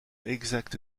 exact